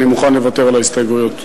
אני מוכן לוותר על ההסתייגויות.